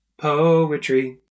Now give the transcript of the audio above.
poetry